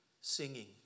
singing